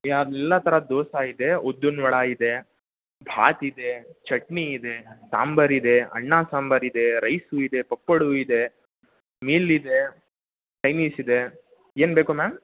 ಎಲ್ಲ ಥರದ ದೋಸೆ ಇದೆ ಉದ್ದಿನ ವಡ ಇದೆ ಬಾತು ಇದೆ ಚಟ್ನಿ ಇದೆ ಸಾಂಬರು ಇದೆ ಅನ್ನ ಸಾಂಬರು ಇದೆ ರೈಸು ಇದೆ ಪಕ್ಕೋಡ್ವು ಇದೆ ಮೀಲ್ ಇದೆ ಚೈನೀಸ್ ಇದೆ ಏನು ಬೇಕು ಮ್ಯಾಮ್